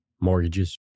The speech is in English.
Mortgages